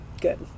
Good